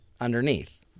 underneath